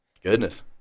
Goodness